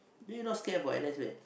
then you not scared for N_S meh